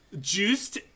juiced